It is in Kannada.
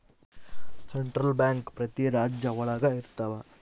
ಸೆಂಟ್ರಲ್ ಬ್ಯಾಂಕ್ ಪ್ರತಿ ರಾಜ್ಯ ಒಳಗ ಇರ್ತವ